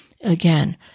Again